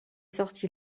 sorti